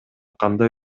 кандай